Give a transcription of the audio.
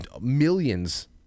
millions